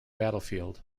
battlefield